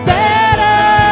better